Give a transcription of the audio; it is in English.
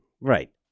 right